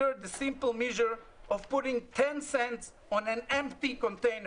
the measure of putting 10 cents on an empty container".